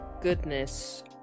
goodness